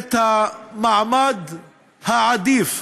את המעמד העדיף,